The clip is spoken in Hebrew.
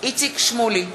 איציק שמולי,